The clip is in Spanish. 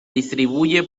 distribuye